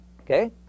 okay